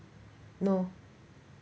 no